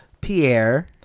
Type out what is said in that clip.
Pierre